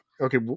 okay